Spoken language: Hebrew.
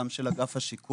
גם של אגף השיקום,